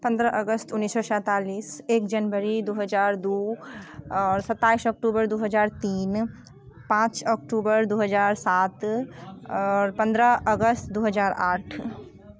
पन्द्रह अगस्त उन्नीस सए सेंतालिस एक जनवरी दू हजार दू आओर सताइस अक्टूबर दू हजार तीन पाँच अक्टूबर दू हजार सात आओर पन्द्रह अगस्त दू हजार आठ